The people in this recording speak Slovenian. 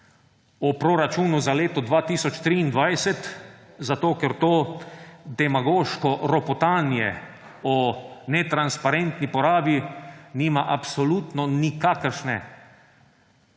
o proračunu za leto 2023, zato ker to demagoško ropotanje o netransparentni porabi nima absolutno nikakršne